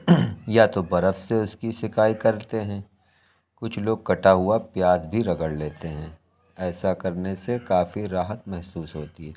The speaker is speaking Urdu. یا تو برف سے اس کی سینکائی کرتے ہیں کچھ لوگ کٹا ہوا پیاز بھی رگڑ لیتے ہیں ایسا کرنے سے کافی راحت محسوس ہوتی ہے